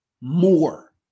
more